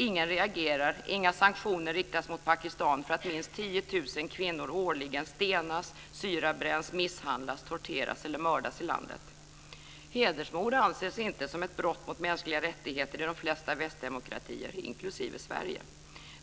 Ingen reagerar, inga sanktioner riktas mot Pakistan för att minst 10 000 kvinnor årligen stenas, syrabränns, misshandlas, torteras eller mördas i landet. Hedersmord anses inte som ett brott mot mänskliga rättigheter i de flesta västdemokratier, inklusive Sverige.